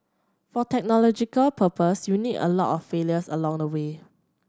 for technological progress you need a lot of failures along the way